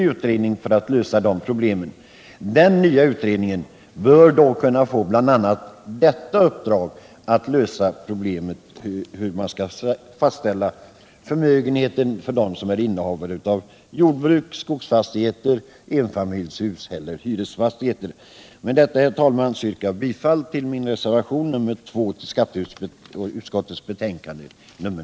Den nya utredningen bör då också kunna få i uppdrag att lösa problemet med hur förmögenheten skall beräknas för dem som är innehavare av jordbruk, skogsfastighet, enfamiljshus eller hyresfastighet. Med detta yrkar jag bifall till reservationen 2 vid skatteutskottets betänkande nr 19.